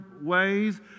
ways